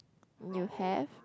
you have